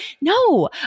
No